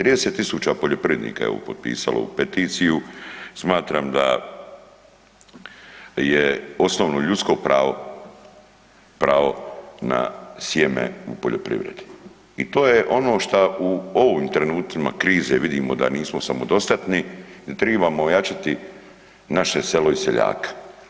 30.000 poljoprivrednika je potpisalo ovu peticiju, smatram da je osnovno ljudsko pravo, pravo na sjeme u poljoprivredi i to je ono što u ovim trenucima krize vidimo da nismo samodostatni, da tribamo ojačati naše selo i seljaka.